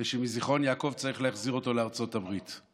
ושמזיכרון יעקב צריך להחזיר אותו לארצות הברית.